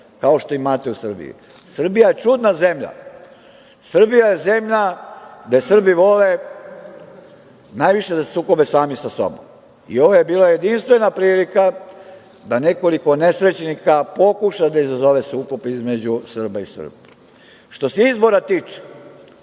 kao što imate u Srbiji. Srbija je čudna zemlja. Srbija je zemlja gde Srbi vole najviše da se sukobe sa samim sobom i ovo je bila jedinstvena prilika da nekoliko nesrećnika pokuša da izazove sukob između Srba i Srba. Što se izbora tiče,